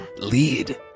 lead